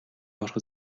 ороход